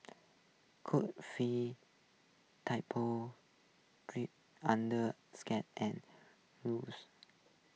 Coral feel typal under whose